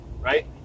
right